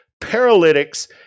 paralytics